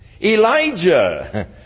Elijah